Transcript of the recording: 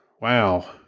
Wow